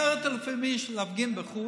10,000 איש להפגין בחוץ,